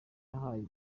yahaye